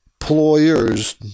employers